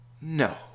no